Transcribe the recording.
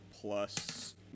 plus